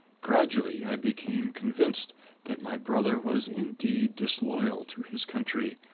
gradually i became convinced that my brother was indeed disloyal to his country,